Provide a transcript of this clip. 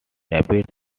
rabbit